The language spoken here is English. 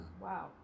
Wow